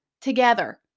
together